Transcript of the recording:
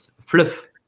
fluff